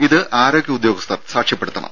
ഇത് ആരോഗ്യ ഉദ്യോഗസ്ഥർ സാക്ഷ്യപ്പെടുത്തണം